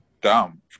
dumb